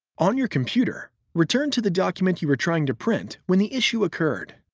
on your computer, return to the document you were trying to print when the issue occurred.